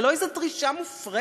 זו לא איזו דרישה מופרזת.